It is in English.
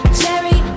cherry